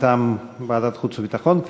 מטעם ועדת החוץ והביטחון,